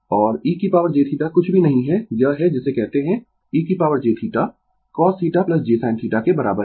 और e jθ कुछ भी नहीं है यह है जिसे कहते है e jθ cosθ j sin θ के बराबर है